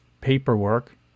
paperwork